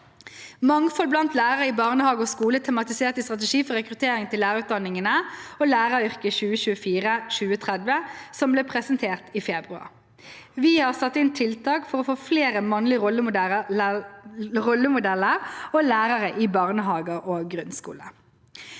Mangfold blant lærere i barnehage og skole er tematisert i Strategi for rekruttering til lærerutdanningene og læreryrket 2024–2030, som ble presentert i februar. Vi har satt inn tiltak for å få flere mannlige rollemodeller og lærere i barnehager og grunnskole.